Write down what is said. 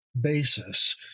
basis